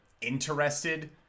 interested